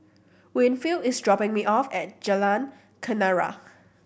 Winfield is dropping me off at Jalan Kenarah